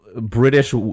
British